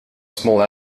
small